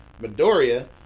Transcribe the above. Midoriya